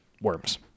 worms